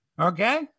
Okay